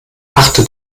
achte